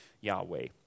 Yahweh